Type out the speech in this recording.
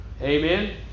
Amen